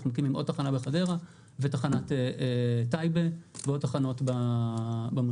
אנחנו מקימים עוד תחנה בחדרה ותחנת טייבה ועוד תחנות במרחב.